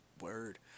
word